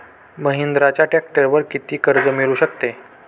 महिंद्राच्या ट्रॅक्टरवर किती कर्ज मिळू शकते?